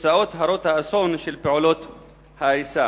בתוצאות הרות האסון של פעולות ההריסה.